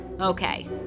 Okay